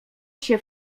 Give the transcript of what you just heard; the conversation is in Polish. się